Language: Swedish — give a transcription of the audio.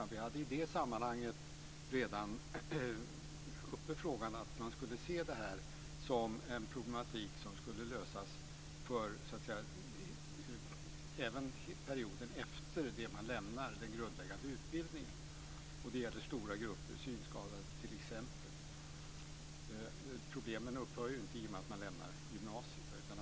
Vi hade redan i det sammanhanget uppe frågan att man skulle se det här som en problematik som kunde lösas även för perioden efter det att elever lämnar den grundläggande utbildningen. Det gäller stora grupper, t.ex. synskadade. Problemen upphör ju inte i och med att eleven lämnar gymnasiet.